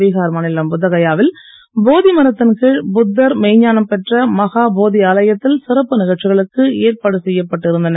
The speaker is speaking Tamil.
பீகார் மாநிலம் புத்தகயாவில் போதிமரத்தின் கீழ் புத்தர் மெய்ஞ்ஞானம் பெற்ற மகா போதி ஆலயத்தில் சிறப்பு நிகழ்ச்சிகளுக்கு ஏற்பாடு செய்யப்பட்டு இருந்தன